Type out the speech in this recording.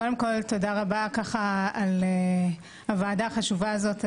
קודם כל, תודה רבה על הוועדה החשובה הזאת.